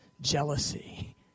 jealousy